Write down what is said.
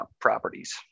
properties